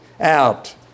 out